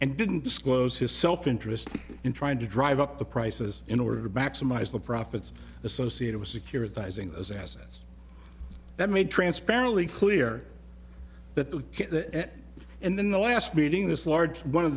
and didn't disclose his self interest in trying to drive up the prices in order to maximize the profits associated with securitizing those assets that made transparently clear that the that and then the last meeting this large one of